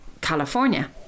California